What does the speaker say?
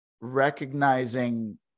recognizing